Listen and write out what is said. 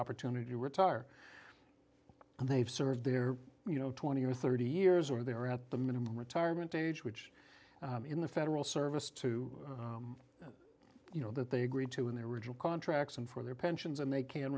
opportunity to retire and they've served their you know twenty or thirty years or they are at the minimum retirement age which in the federal service to you know that they agreed to in their original contracts and for their pensions and they can